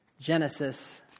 Genesis